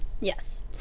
Yes